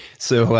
so,